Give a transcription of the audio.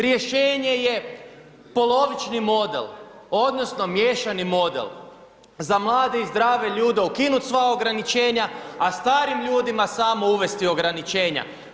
Rješenje je polovični model odnosno miješani model, za mlade i zdrave ljude ukinut sva ograničenja, a starim ljudima samo uvesti ograničenja.